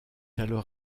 alors